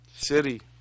City